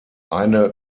eine